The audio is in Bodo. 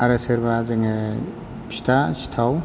आरो सोरबा जोङो फिथा सिथाव